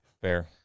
Fair